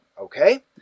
Okay